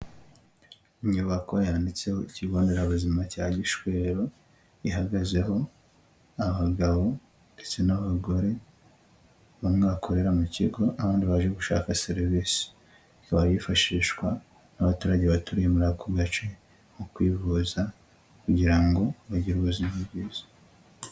Inyubako yanditseho ikigo nderabuzima cya Gishweru, ihagazeho abagabo ndetse n'abagore bamwe bakorera mu kigo, abandi baje gushaka serivisi, ikaba yifashishwa n'abaturage batuye muri ako gace mu kwivuza kugira ngo bagire ubuzima bwiza.